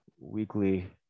weekly